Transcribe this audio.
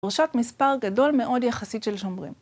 דורשות מספר גדול מאוד יחסית של שומרים.